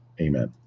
Amen